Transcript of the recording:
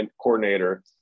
coordinator